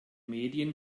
medien